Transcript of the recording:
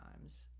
times